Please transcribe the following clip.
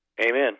amen